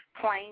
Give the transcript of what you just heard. plain